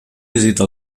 visita